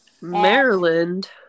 Maryland